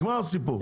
נגמר הסיפור.